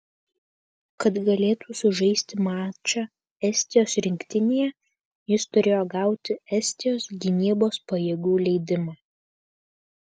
kad galėtų sužaisti mačą estijos rinktinėje jis turėjo gauti estijos gynybos pajėgų leidimą